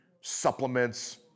supplements